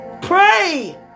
Pray